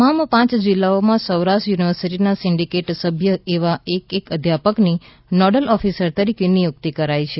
તમામ પાંચ જિલ્લામાં સૌરાષ્ટ્ર યુનિવર્સિટીના સિન્ડીકેટ સભ્ય એવા એક એક અધ્યાપકની નોડલ ઓફિસર તરીકે નિયુક્તિ કરાઇ છે